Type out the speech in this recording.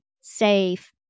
safe